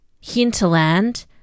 hinterland